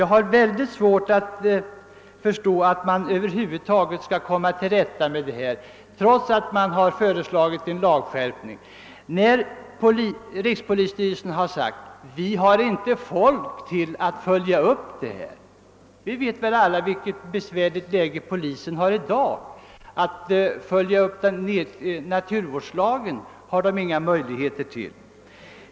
Jag har mycket svårt att förstå hur man annars skall kunna komma till rätta med detta problem, trois att man har föreslagit en lagskärpning. Rikspolisstyrelsen har uttalat att man inte har folk att följa upp en sådan lagskärpning. Vi vet ju alla i vilket besvärligt läge polisen i dag befinner sig. Några möjligheter att se till att bestämmelserna i naturvårdslagen efterlevs har man inte.